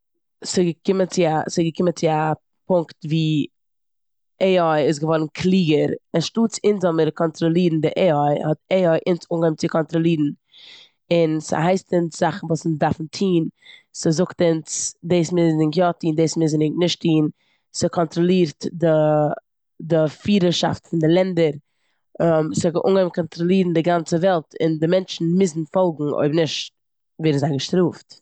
ס'געקומען צו א- ס'געקומען צו א פונקט ווי AI איז געווארן קלוגער. אנשטאט אונז זאל מיר קאנטראלירן די AI האט AI אונז אנגעהויבן צו קאנטראלירן און ס'הייסט אונז זאכן וואס אונז דארפן טון, ס'זאגט אונז דאס מוזן ענק יא טון און דאס מוזן ענק נישט טון, ס'קאנטראלירט די- די פירערשאפט פון די לענדער, ס'האט אנגעהויבן קאנטראלירן די גאנצע וועלט און די מענטשן מוזן פאלגן אויב נישט ווערן זיי געשטראפט.